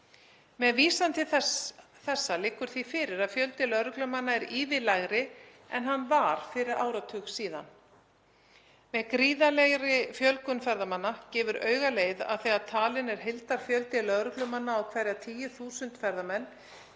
Með vísan til þessa liggur því fyrir að fjöldi lögreglumanna er ívið lægri en hann var fyrir áratug síðan. Með gríðarlegri fjölgun ferðamanna gefur augaleið að þegar talinn er heildarfjöldi lögreglumanna á hverja 10.000 ferðamenn